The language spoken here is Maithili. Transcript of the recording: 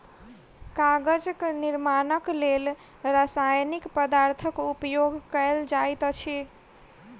कागजक निर्माणक लेल रासायनिक पदार्थक उपयोग कयल जाइत अछि